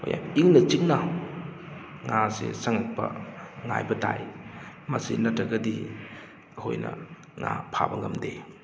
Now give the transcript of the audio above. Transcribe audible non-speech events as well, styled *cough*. *unintelligible* ꯏꯪꯅ ꯆꯤꯛꯅ ꯉꯥꯁꯤ ꯆꯪꯉꯛꯄ ꯉꯥꯏꯕ ꯇꯥꯏ ꯃꯁꯤ ꯅꯠꯇ꯭ꯔꯒꯗꯤ ꯑꯩꯈꯣꯏꯅ ꯉꯥ ꯐꯕ ꯉꯝꯗꯦ